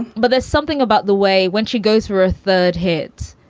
but there's something about the way when she goes her third hit,